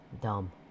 Dumb